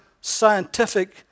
scientific